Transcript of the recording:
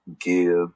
give